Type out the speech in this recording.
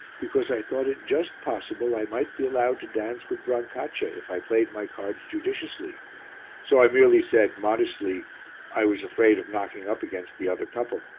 because i thought it just possible i might be allowed to dance with brancaccia if i played my cards judiciously so i merely said modestly i was afraid of knocking up against the other couple.